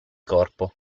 corpo